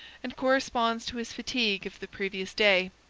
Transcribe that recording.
and corresponds to his fatigue of the previous day.